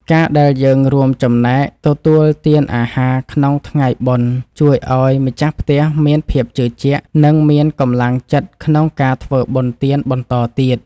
ការដែលយើងរួមចំណែកទទួលទានអាហារក្នុងថ្ងៃបុណ្យ ជួយឱ្យម្ចាស់ផ្ទះមានភាពជឿជាក់ និងមានកម្លាំងចិត្តក្នុងការធ្វើបុណ្យទានបន្តទៀត។